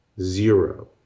zero